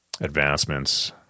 advancements